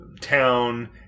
town